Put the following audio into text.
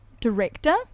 director